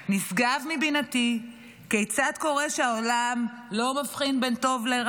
נשגב מבינתי כיצד קורה שהעולם לא מבחין בין טוב לרע,